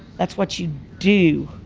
that's what you do